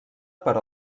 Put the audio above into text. per